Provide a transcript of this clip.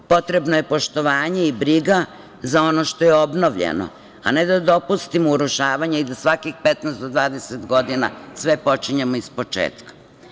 Potrebni su poštovanje i briga za ono što je obnovljeno, a ne da dopustimo urušavanje i da svakih 15 do 20 godina sve počinjemo ispočetka.